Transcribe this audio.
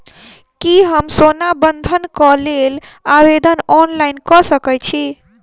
की हम सोना बंधन कऽ लेल आवेदन ऑनलाइन कऽ सकै छी?